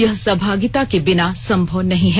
यह सहभागिता के बिना सम्भव नहीं है